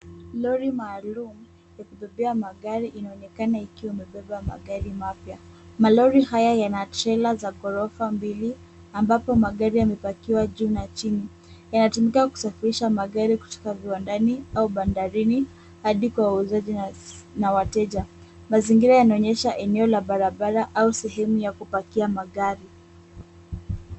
Lori maalumu ya kubebea magari inaonekana ikiwa imebeba magari mapya. Malori haya yana trela za ghorofa mbili, ambapo magari yamepakiwa juu na chini, yanatumika kusafirisha magari kutoka viwandani au bandarini hadi kwa wauzaji na wateja. Mazingira yanaonyesha eneo la barabara au sehemu ya kupakia magari.